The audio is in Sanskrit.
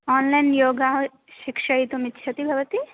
आन्लैन् योग शिक्षयितुमिच्छति भवती